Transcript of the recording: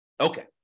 Okay